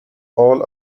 all